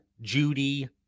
Judy